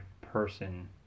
person